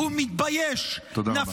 תודה רבה.